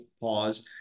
Pause